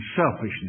selfishness